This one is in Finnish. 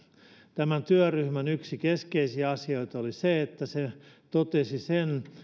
tämän työryhmän yksi keskeisiä asioita oli se että se totesi sen